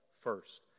First